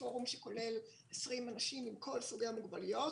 פורום שכולל 20 אנשים מכל סוגי המוגבלויות,